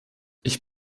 ich